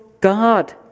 God